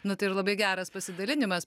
nu tai ir labai geras pasidalinimas